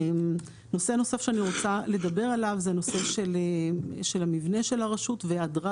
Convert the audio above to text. נושא נוסף שאני רוצה לדבר עליו זה הנושא של המבנה של הרשות והיעדרה,